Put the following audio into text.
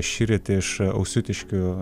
šįryt iš ausiutiškių